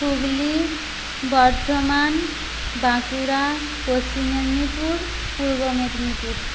Hooghly Bardhaman Bankura Paschim Medinipur Purba Medinipur